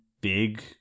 big